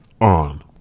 on